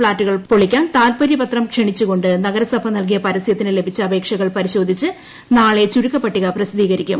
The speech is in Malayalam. ഫ്ളാറ്റുകൾ പൊളിക്കാൻ താല്പര്യ പത്രം ക്ഷണിച്ചുകൊണ്ട് നഗരസഭ നൽകിയ പരസ്യത്തിന് ലഭിച്ച അപേക്ഷകൾ പരിശോധിച്ച് നാളെ ചുരുക്കപ്പട്ടിക പ്രസിദ്ധീകരിക്കും